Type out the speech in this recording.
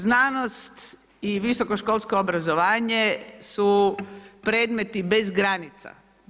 Znanost i visokoškolsko obrazovanje su predmeti bez granica.